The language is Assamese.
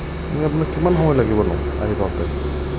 মানে আপোনাক কিমান সময় লাগিব আহি পাওঁতে